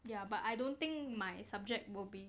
ya but I don't think my subject will be